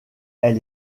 elle